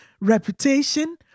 reputation